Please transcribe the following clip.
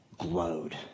Glowed